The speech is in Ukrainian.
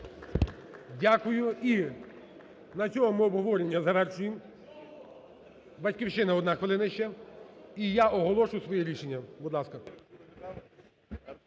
Дякую. І на цьому ми обговорення завершуємо. "Батьківщина", одна хвилина ще, і я оголошу своє рішення. Будь ласка.